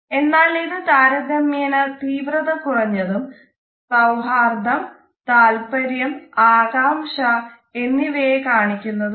എന്നാൽ ഇത് താരതമ്യേന തീവ്രത കുറഞ്ഞതും സൌഹാർദ്ദം താൽപര്യം ആകാംഷ എന്നിവയെ കാണിക്കുന്നതുമാണ്